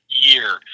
Year